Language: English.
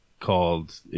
called